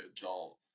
Adult